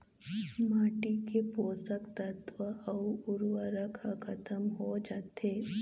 माटी के पोसक तत्व अउ उरवरक ह खतम हो जाथे